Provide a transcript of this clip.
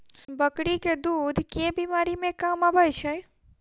बकरी केँ दुध केँ बीमारी मे काम आबै छै?